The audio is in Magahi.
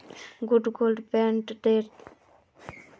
मुई गोल्ड बॉन्ड डेर केते आवेदन करवा सकोहो ही?